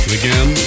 again